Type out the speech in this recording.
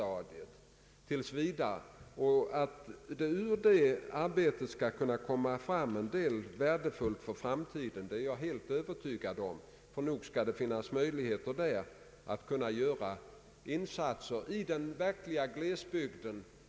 Jag är helt övertygad om att ur det arbetet skall komma fram en del värdefullt för framtiden, för nog skall det finnas möjligheter att göra insatser i den verkliga glesbygden.